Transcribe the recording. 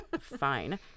fine